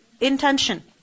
Intention